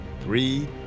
three